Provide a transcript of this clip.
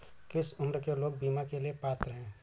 किस उम्र के लोग बीमा के लिए पात्र हैं?